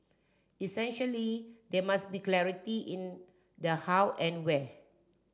essentially there must be clarity in the how and where